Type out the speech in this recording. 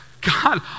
God